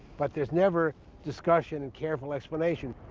but there's never discussion and careful explanation.